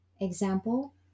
Example